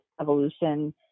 evolution